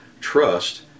trust